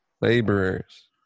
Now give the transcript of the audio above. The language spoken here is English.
laborers